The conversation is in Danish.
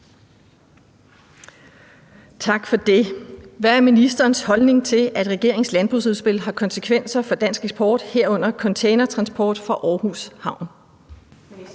Bank (V): Hvad er ministerens holdning til, at regeringens landbrugsudspil har konsekvenser for dansk eksport, herunder for containertransporten fra Aarhus Havn?